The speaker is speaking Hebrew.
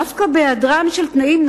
דווקא בהיעדרם של תנאים,